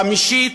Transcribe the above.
חמישית,